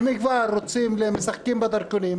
אם כבר משחקים בדרכונים,